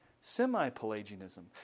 semi-Pelagianism